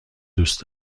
دوست